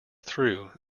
through